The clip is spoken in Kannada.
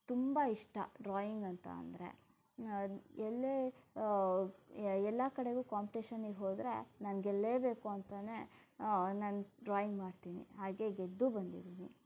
ತುಂಬ ಇಷ್ಟ ಡ್ರಾಯಿಂಗ್ ಅಂತ ಅಂದರೆ ಎಲ್ಲೆ ಎಲ್ಲ ಕಡೆಗೂ ಕಾಂಪಿಟೇಷನಿಗೆ ಹೋದರೆ ನಾನು ಗೆಲ್ಲಲೇಬೇಕು ಅಂತಲೇ ನಾನು ಡ್ರಾಯಿಂಗ್ ಮಾಡ್ತೀನಿ ಹಾಗೇ ಗೆದ್ದೂ ಬಂದಿದ್ದೀನಿ